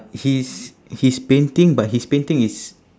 he's he's painting but his painting is